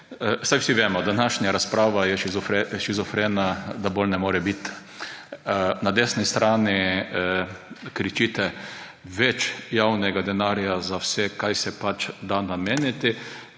vsi vemo, današnja razprava je shizofrena, da bolj ne more biti. Na desni strani kričite: več javnega denarja za vse, kar se pač da nameniti